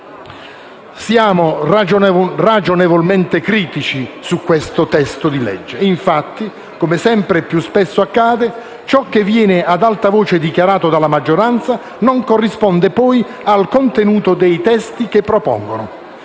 Siamo ragionevolmente critici su questo disegno di legge. Infatti, come sempre e più spesso accade, ciò che viene dichiarato ad alta voce dalla maggioranza non corrisponde poi al contenuto dei testi proposti.